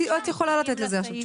את יכולה לתת את התשובה.